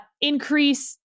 increase